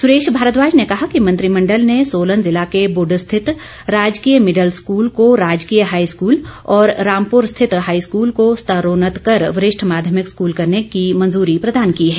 सुरेश भारद्वाज ने कहा कि मंत्रिमंडल ने सोलन जिला के बुड स्थित राजकीय भिडल स्कूल को राजकीय हाईस्कूल और रामपुर स्थित हाईस्कूल को स्तरोन्नत कर वरिष्ठ माध्यमिक स्कूल करने की मंजूरी प्रदान की है